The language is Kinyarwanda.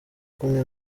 kumwe